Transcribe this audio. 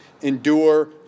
endure